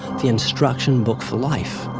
the instruction book for life,